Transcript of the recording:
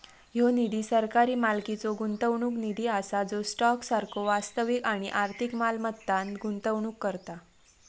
ह्यो निधी सरकारी मालकीचो गुंतवणूक निधी असा जो स्टॉक सारखो वास्तविक आणि आर्थिक मालमत्तांत गुंतवणूक करता